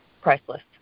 priceless